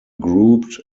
grouped